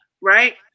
right